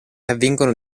avvengono